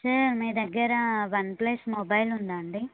sir మీదగ్గర OnePlus mobile ఉందా అండి